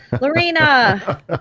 Lorena